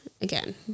Again